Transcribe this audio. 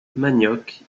manioc